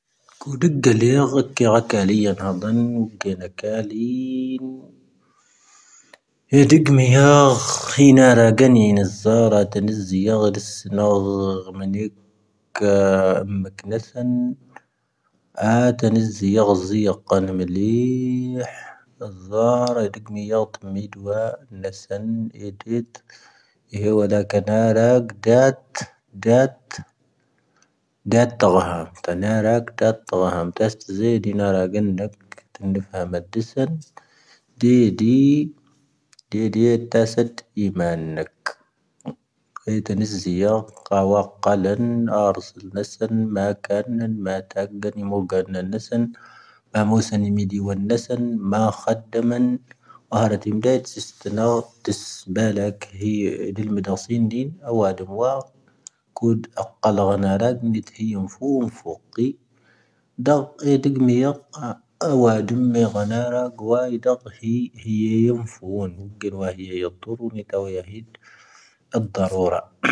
ⴷⴰⴽ'ⴻ ⴷⴳⵎⵉ ⵢⴰⵇ'ⴰ ⴰⵡⴰⴷⵓⵎ ⵎⴻ ⴳⵀⴰⵏⴰⵔⴰⴽ ⵡⴰ ⵉⴷⴰⴽ'ⵉ ⵀⵉⵢⴻ ⵢⴻⵎⴼoⵓⵏ. ⵡⴰⴽ'ⵉⵏ ⵡⴰⵀⵉⴰ ⵢⴰⵜⵜⵓⵔⵓⵏ ⵉⵜⴰⵡ ⵢⴰⵀⵉⴷ ⴰⴷ ⴷⴰⵔoⵔⴰ.